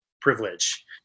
privilege